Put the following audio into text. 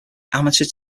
amateur